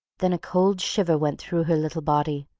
then a cold shiver went through her little body,